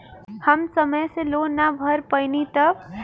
हम समय से लोन ना भर पईनी तब?